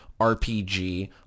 rpg